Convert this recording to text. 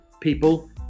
people